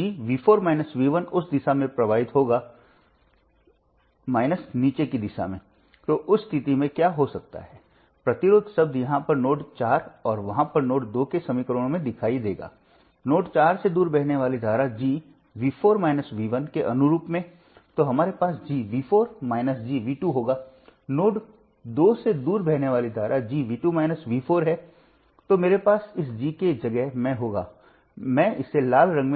यदि एक वोल्टेज स्रोत दो नोड्स से जुड़ा है तो हम उन दो नोड्स को एक सुपर नोड में इकट्ठा करते हैं और पूरे सुपर नोड के लिए एक नोडल समीकरण